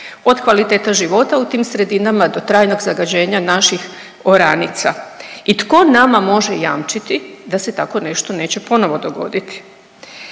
od kvalitete života u tim sredinama do trajnog zagađenja naših oranica i tko nama može jamčiti da se tako nešto neće ponovo dogoditi